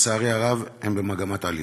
לצערי הרב, הם במגמת עלייה.